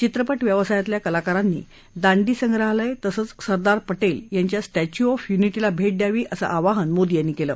चित्रपट व्यवसायातील कलाकारांनी दांडी संग्राहालय तसंच सरदार पटेल यांच्या स्टध्यू ऑफ युनिटी ला भेट द्यावी असं आवाहन त्यांनी केलं